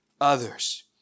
others